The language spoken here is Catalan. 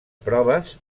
proves